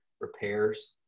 repairs